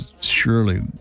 Surely